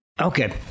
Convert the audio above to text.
Okay